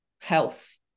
health